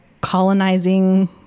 colonizing